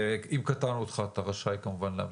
קטענו אותך ואתה רשאי להמשיך.